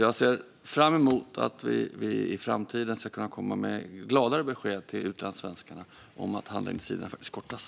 Jag ser fram emot att vi i framtiden ska kunna komma med gladare besked till utlandssvenskarna om att handläggningstiderna faktiskt kortas.